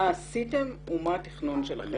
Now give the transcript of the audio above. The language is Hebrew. מה עשיתם ומה התכנון שלכם.